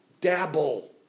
dabble